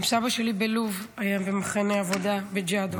גם סבא שלי בלוב היה במחנה עבודה, בג'אדו.